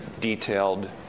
detailed